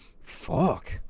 Fuck